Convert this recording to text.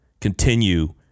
continue